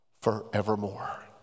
forevermore